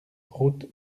route